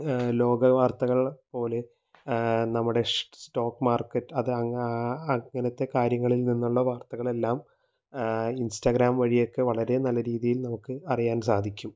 ലോക വാർത്തകൾ പോലെ നമ്മുടെ സ്റ്റോക് മാർക്കറ്റ് അതാണ് അങ്ങനത്തെ കാര്യങ്ങളിൽ നിന്നുള്ള വാർത്തകളെല്ലാം ഇൻസ്റ്റാഗ്രാം വഴിയൊക്കെ വളരെ നല്ല രീതിയിൽ നമുക്ക് അറിയാൻ സാധിക്കും